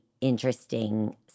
interesting